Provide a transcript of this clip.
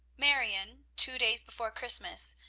marion, two days before christmas,